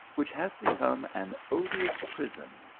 which has be come an odious prison,